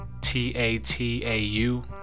T-A-T-A-U